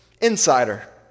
insider